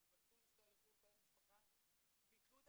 הם רצו לנסוע לחו"ל כל המשפחה וביטלו את